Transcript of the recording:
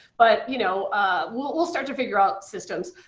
but you know we'll we'll start to figure out systems.